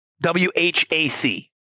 W-H-A-C